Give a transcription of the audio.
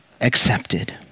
accepted